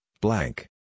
blank